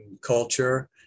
culture